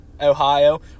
Ohio